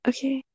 Okay